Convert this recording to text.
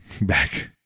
back